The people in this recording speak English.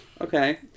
Okay